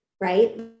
right